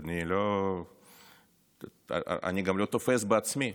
אני גם לא תופס בעצמי.